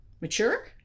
mature